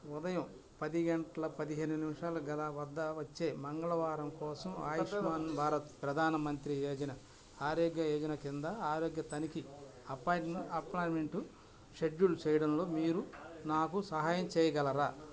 ఉదయం పది గంటల పదిహేను నిమిషాల వద్ద వచ్చే మంగళవారం కోసం ఆయుష్మాన్ భారత్ ప్రధాన మంత్రి ఆరోగ్య యోజన కింద ఆరోగ్య తనిఖీ అపాయింట్మెంట్ షెడ్యూల్ చేయడంలో మీరు నాకు సహాయం చేయగలరా